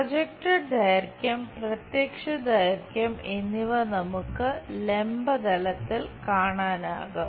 project ദൈർഘ്യം പ്രത്യക്ഷ ദൈർഘ്യം എന്നിവ നമുക്ക് ലംബ തലത്തിൽ കാണാനാകും